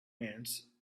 ants